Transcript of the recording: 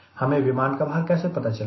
हमें विमान का भार कैसे पता चलेगा